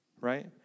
right